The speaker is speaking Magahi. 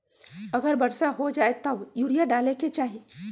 अगर वर्षा हो जाए तब यूरिया डाले के चाहि?